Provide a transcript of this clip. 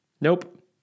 Nope